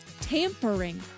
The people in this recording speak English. tampering